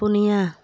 ᱯᱩᱱᱭᱟ